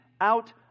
out